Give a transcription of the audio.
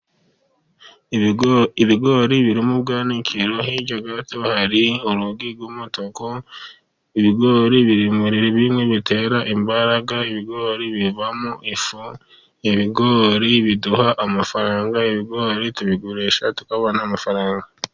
Ibigori biri mu bwanikiro. Hirya gato hari urugi rw'umutuku. Ibigori biri muri bimwe bitera imbaraga. Ibigori bivamo ifu. Ibigori biduha amafaranga. Ibigori turabigurisha tukabona amafaranga.